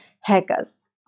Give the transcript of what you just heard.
hackers